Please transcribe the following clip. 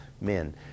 men